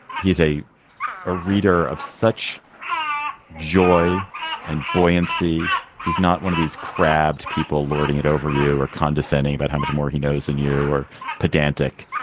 he's a a reader of such joy and buoyancy he's not one of these crabbed people lording it over you or condescending about how much more he knows than you or pedantic.